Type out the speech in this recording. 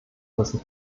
müssen